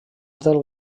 del